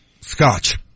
Scotch